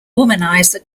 womanizer